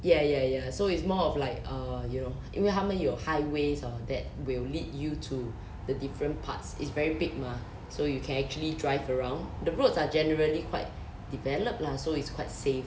ya ya ya so it's more of like err you know 因为他们有 highways hor that will lead you to the different parts it's very big mah so you can actually drive around the roads are generally quite developed lah so it's quite safe